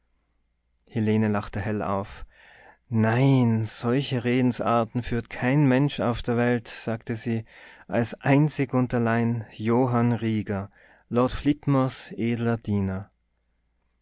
helene lachte hell auf nein solche redensarten führt kein mensch auf der welt sagte sie als einzig und allein johann rieger lord flitmores edler diener